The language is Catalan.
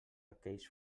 aquells